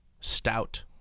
stout